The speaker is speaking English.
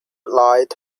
light